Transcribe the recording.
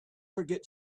forget